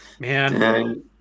man